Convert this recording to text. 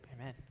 amen